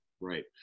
Right